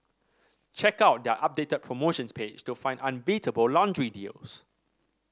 check out their updated promotions page to find unbeatable laundry deals